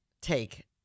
take